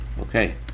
okay